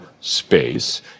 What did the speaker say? space